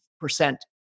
percent